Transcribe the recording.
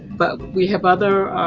but we have other